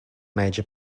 major